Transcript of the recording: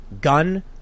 gun